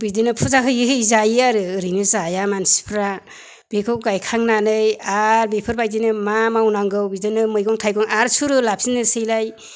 बिदिनो फुजा होयै होयै जायो आरो ओरैनो जाया मानसिफोरा बेखौ गायखांनानै आरो बेफोरबायदिनो मा मावनांगौ बिदिनो मैगं थाइगं आरो सुरु लाफिननोसैलाय